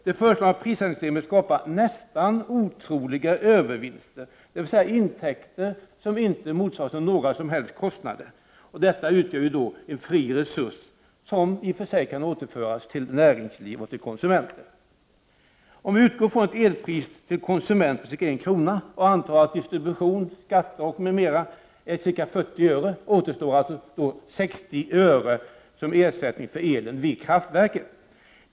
Det föreslagna prissättningssystemet skapar nästan otroliga övervinster, dvs. intäkter som inte motsvaras av några som helst kostnader. Detta utgör en fri resurs som i och för sig kan återföras till näringsliv och konsumenter. Om vi utgår från ett elpris till konsumenterna på ca 1 krona och antar att distributionskostnader, skatter m.m. utgör 40 öre, återstår 60 öre som ersättning för elen från kraftverket.